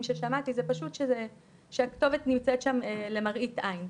ששמעתי זה פשוט שהכתובת נמצאת שם למראית עין.